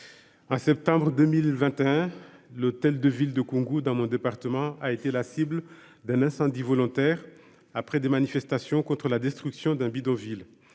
à septembre 2021, l'hôtel de ville de Kongou dans mon département, a été la cible d'un incendie volontaire après des manifestations contre la destruction d'un bidonville